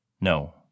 no